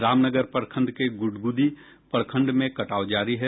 रामनगर प्रखंड के गुदगुदी में कटाव जारी है